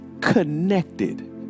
connected